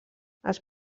els